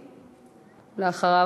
ואחריו,